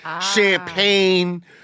champagne